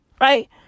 right